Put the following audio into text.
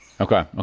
Okay